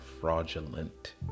fraudulent